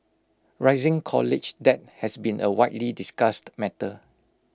rising college debt has been A widely discussed matter